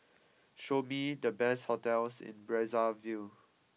show me the best hotels in Brazzaville